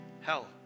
hell